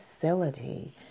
facility